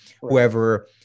whoever